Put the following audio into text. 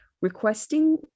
requesting